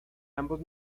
ambos